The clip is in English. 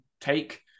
take